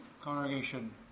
congregation